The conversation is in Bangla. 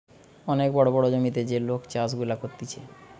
অনেক বড় বড় জমিতে যে লোক চাষ গুলা করতিছে